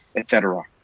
etc.